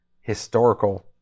historical